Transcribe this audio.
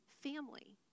family